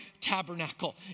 tabernacle